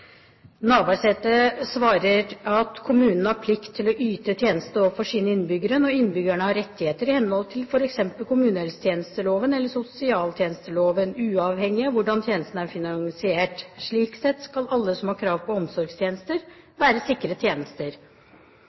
Navarsete svarte: «Kommunene har plikt til å yte tjenester overfor sine innbyggere når innbyggerne har rettigheter i henhold til for eksempel kommunehelsetjenesteloven eller sosialtjenesteloven, uavhengig av hvordan tjenestene er finansiert. Slik sett skal alle som har krav på omsorgstjenester være